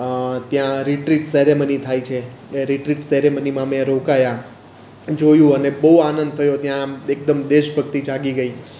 ત્યાં retreat ceremony થાય છે એ રિટ્રીટ સેરેમનીમાં અમે રોકાયા જોયું અને બહુ આનંદ થયો ત્યાં આમ એકદમ દેશભક્તિ જાગી ગઈ